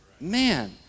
Man